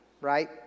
right